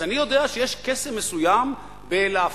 אז אני יודע שיש קסם מסוים בלהפריט,